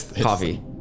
Coffee